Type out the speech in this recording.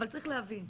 אבל צריך להבין,